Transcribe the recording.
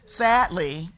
Sadly